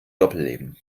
doppelleben